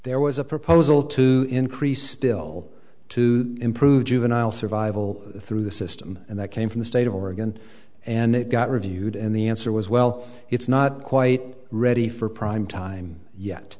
there was a proposal to increase bill to improve juvenile survival through the system and that came from the state of oregon and it got reviewed and the answer was well it's not quite ready for primetime yet